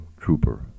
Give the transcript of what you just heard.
trooper